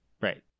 right